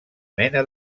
mena